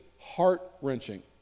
heart-wrenching